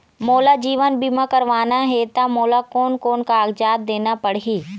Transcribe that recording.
मोला जीवन बीमा करवाना हे ता मोला कोन कोन कागजात देना पड़ही?